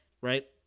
Right